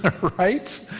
right